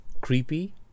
creepy